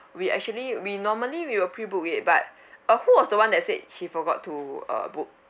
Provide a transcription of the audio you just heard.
we actually we normally we will pre book it but uh who was the one that said he forgot to uh book